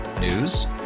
News